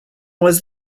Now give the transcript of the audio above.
was